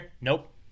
Nope